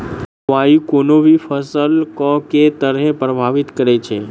जलवायु कोनो भी फसल केँ के तरहे प्रभावित करै छै?